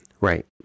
Right